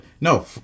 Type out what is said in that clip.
no